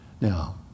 now